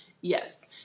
yes